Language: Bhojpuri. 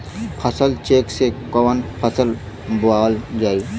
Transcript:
फसल चेकं से कवन फसल बोवल जाई?